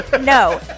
No